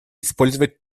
использовать